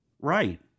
Right